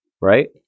Right